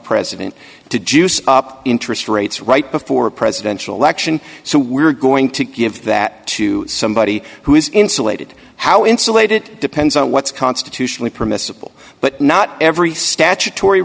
president to juice up interest rates right before a presidential election so we're going to give that to somebody who is insulated how insulated it depends on what's constitutionally permissible but not every statutory